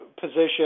position